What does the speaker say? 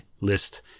list